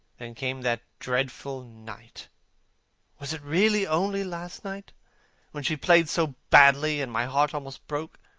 then came that dreadful night was it really only last night when she played so badly, and my heart almost broke.